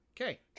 Okay